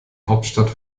hauptstadt